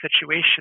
situation